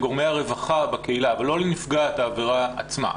לגורמי הרווחה בקהילה ולא לנפגעת העבירה עצמה.